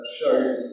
shows